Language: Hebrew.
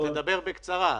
אתה תדבר בקצרה.